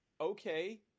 Okay